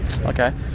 Okay